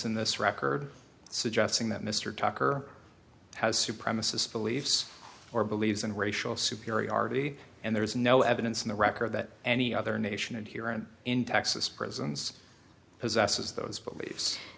in this record suggesting that mr tucker has supremacist beliefs or believes and racial superiority and there is no evidence in the record that any other nation and here and in texas prisons possesses those beliefs